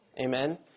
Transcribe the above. Amen